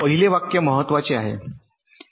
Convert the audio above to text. पहिले वाक्य महत्वाचे आहे